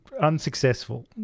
unsuccessful